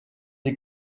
sie